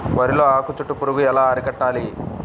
వరిలో ఆకు చుట్టూ పురుగు ఎలా అరికట్టాలి?